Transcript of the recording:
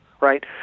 right